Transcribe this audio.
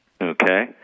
Okay